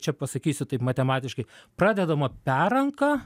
čia pasakysiu taip matematiškai pradedama perrenka